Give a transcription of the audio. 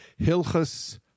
Hilchas